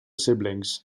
siblings